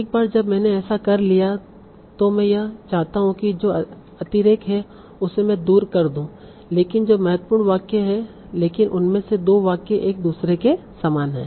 एक बार जब मैंने ऐसा कर लिया है तो मैं यह चाहता हूं कि जो अतिरेक है उसे मैं दूर कर दूं लेकिन जो महत्वपूर्ण वाक्य हैं लेकिन उनमें से दो वाक्य एक दूसरे के समान हैं